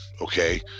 okay